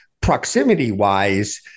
Proximity-wise